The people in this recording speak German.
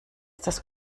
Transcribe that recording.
das